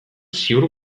ziur